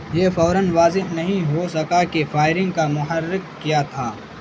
یہ فوراََ واضح نہیں ہو سکا کہ فائرنگ کا محرک کیا تھا